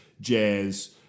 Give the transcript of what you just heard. Jazz